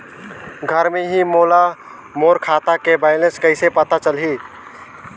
घर ले ही मोला मोर खाता के बैलेंस कइसे पता चलही?